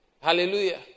Hallelujah